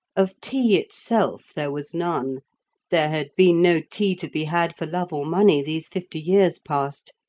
of tea itself there was none there had been no tea to be had for love or money these fifty years past,